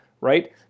right